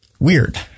Weird